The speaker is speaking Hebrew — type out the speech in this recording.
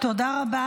תודה רבה.